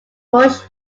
bush